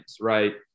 right